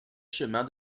chemin